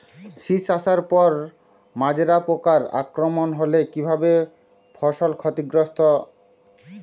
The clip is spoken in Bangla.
শীষ আসার পর মাজরা পোকার আক্রমণ হলে কী ভাবে ফসল ক্ষতিগ্রস্ত?